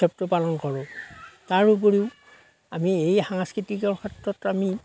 উৎসৱটো পালন কৰোঁ তাৰোপৰিও আমি এই সাংস্কৃতিকৰ ক্ষেত্ৰত আমি